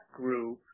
group